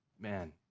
Man